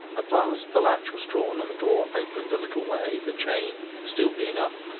at last the latch was drawn and the door opened a little way, the chain still being up.